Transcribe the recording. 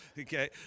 okay